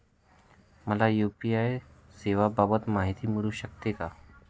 मला यू.पी.आय सेवांबाबत माहिती मिळू शकते का?